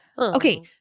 Okay